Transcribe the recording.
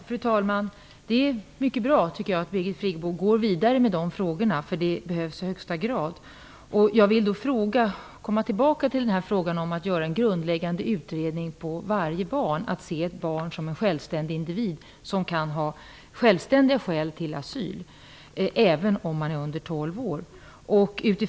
Fru talman! Det är mycket bra att Birgit Friggebo går vidare med dessa frågor. Det behövs i högsta grad. Jag vill då komma tillbaka till frågan om att göra en grundläggande utredning av varje barn, att se ett barn såsom en självständig individ som kan ha egna skäl för asyl även om det är under 12 år.